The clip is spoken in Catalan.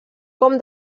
com